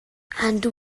and